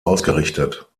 ausgerichtet